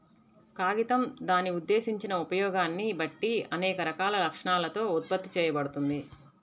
కాగితం దాని ఉద్దేశించిన ఉపయోగాన్ని బట్టి అనేక రకాల లక్షణాలతో ఉత్పత్తి చేయబడుతుంది